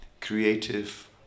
creative